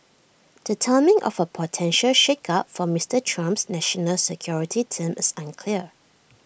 the timing of A potential shakeup for Mister Trump's national security team is unclear